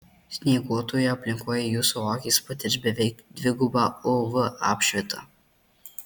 snieguotoje aplinkoje jūsų akys patirs beveik dvigubą uv apšvitą